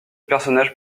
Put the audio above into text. personnage